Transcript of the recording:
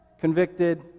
convicted